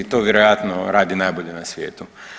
I to vjerojatno radi najbolje na svijetu.